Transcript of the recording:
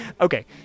Okay